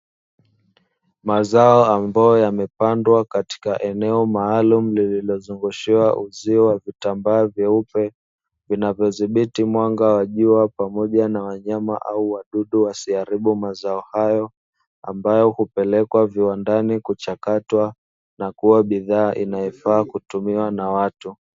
Mazao ambayo yamepandwa katika eneo maalumu lililozungushiwa uzio wa vitambaa vyeupe vinavyodhibiti mwanga wa jua, pamoja na wanyama au wadudu wasiharibu mazao hayo, ambayo hupelekwa viwandani kuchakatwa na kuwa bidhaa inayofaa kutumiwa na watu.